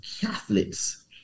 Catholics